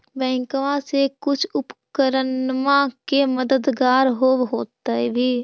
बैंकबा से कुछ उपकरणमा के मददगार होब होतै भी?